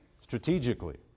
strategically